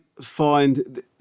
find